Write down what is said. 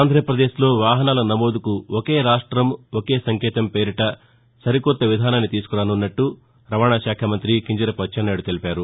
ఆంధ్రప్రదేశ్ లో వాహనాల నమోదుకు ఒకే రాష్టంఒకే సంకేతం పేరిట సరికొత్త విధానానికి గ్రీకారం చుట్టామని రవాణా శాఖ మంతి కింజరాపు అచ్చెన్నాయుడు తెలిపారు